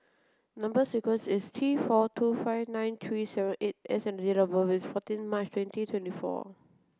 number sequence is T four two five nine three seven eight S and date of birth is fourteen March twenty twenty four